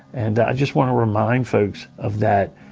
and i just wanna remind folks of that